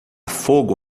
fogo